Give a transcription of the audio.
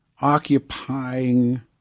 Occupying